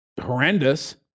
horrendous